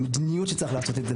במדיניות שצריך לעשות את זה.